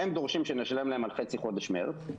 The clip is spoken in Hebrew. הם דורשים שנשלם להם על חצי חודש מרץ,